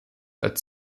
als